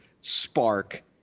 spark